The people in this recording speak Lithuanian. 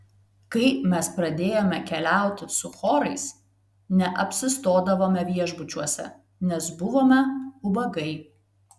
kai mes pradėjome keliauti su chorais neapsistodavome viešbučiuose nes buvome ubagai